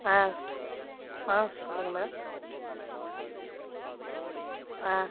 ஆ ஆ சொல்லுங்கள் மேடம் ஆ